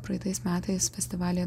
praeitais metais festivalyje